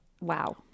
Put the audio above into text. Wow